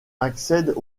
accèdent